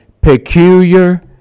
peculiar